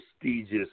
prestigious